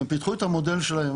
והם פיתחו את המודל שלהם,